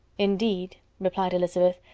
indeed, replied elizabeth,